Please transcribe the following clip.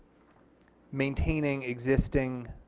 maintaining existing